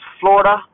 Florida